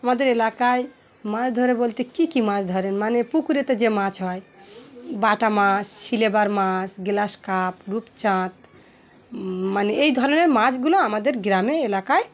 আমাদের এলাকায় মাছ ধরে বলতে কী কী মাছ ধরে মানে পুকুরেতে যে মাছ হয় বাটা মাছ সিল্ভার মাছ গ্লাস কাপ রূপচাঁদ মানে এই ধরনের মাছগুলো আমাদের গ্রামে এলাকায়